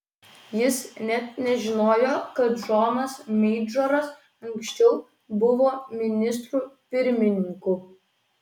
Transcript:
jis net nežinojo kad džonas meidžoras anksčiau buvo ministru pirmininku